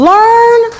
Learn